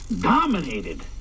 dominated